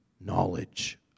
knowledge